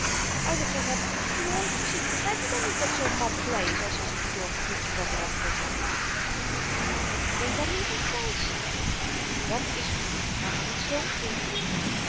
heb ik t nooit gezien begryp je dan niet dat zoo'n man bly is als i z'n bedorven goedje van de hand kan zetten maar jongen ben je dan niet recht wys wat is er aantevangen met zoo'n kind